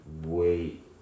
wait